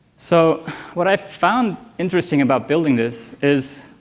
so what i've found interesting about building this is,